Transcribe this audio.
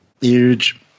Huge